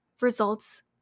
results